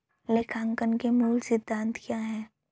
लेखांकन के मूल सिद्धांत क्या हैं?